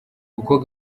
uko